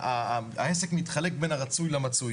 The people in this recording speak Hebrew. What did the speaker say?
העסק מתחלק בין הרצוי למצוי,